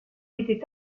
était